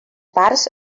parts